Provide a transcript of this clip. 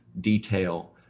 detail